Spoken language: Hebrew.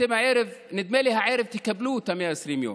אתם הערב, נדמה לי, תקבלו את ה-120 יום,